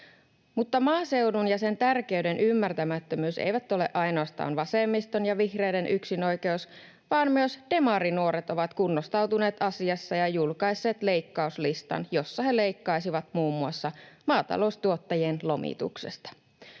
maaseudun ja sen tärkeyden ymmärtämättömyys eivät ole ainoastaan vasemmiston ja vihreiden yksinoikeus, vaan myös demarinuoret ovat kunnostautuneet asiassa ja julkaisseet leikkauslistan, jossa he leikkaisivat muun muassa maataloustuottajien lomituksesta.